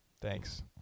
Thanks